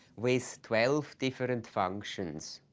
with twelve different functions.